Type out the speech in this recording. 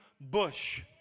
bush